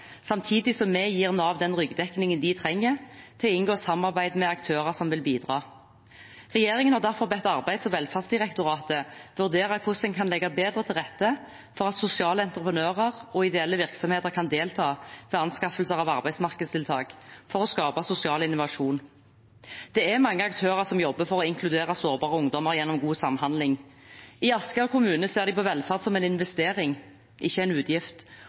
samtidig som vi gir Nav ryggdekningen de trenger til å inngå samarbeid med aktører som vil bidra. Regjeringen har derfor bedt Arbeids- og velferdsdirektoratet vurdere hvordan en kan legge bedre til rette for at sosiale entreprenører og ideelle virksomheter kan delta ved anskaffelser av arbeidsmarkedstiltak, for å skape sosial innovasjon. Det er mange aktører som jobber for å inkludere sårbare ungdommer gjennom god samhandling. I Asker kommune ser de på velferd som en investering, ikke en utgift,